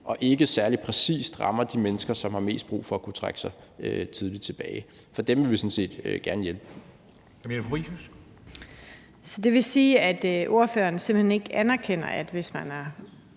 og ikke særlig præcist rammer de mennesker, som har mest brug for at kunne trække sig tidligt tilbage; for dem vil vi sådan set gerne hjælpe. Kl. 14:54 Formanden (Henrik Dam Kristensen):